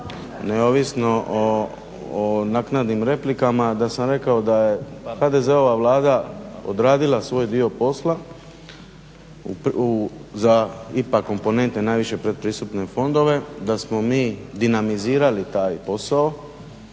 neovisno o naknadnim replikama da sam rekao da je HDZ-ova Vlada odradila svoj dio posla za IPA komponente najviše predpristupne fondove, da smo mi dinamizirali taj posao